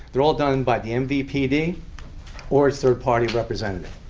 they're all done by the mvpd or a third party representative.